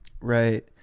Right